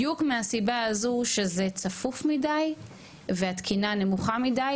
בדיוק מהסיבה הזו שזה צפוף מדי והתקינה הנמוכה מדי,